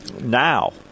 now